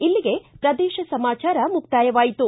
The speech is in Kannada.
ಇಲ್ಲಿಗೆ ಪ್ರದೇಶ ಸಮಾಚಾರ ಮುಕ್ತಾಯವಾಯಿತು